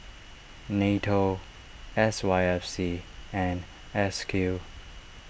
Nato S Y F C and S Q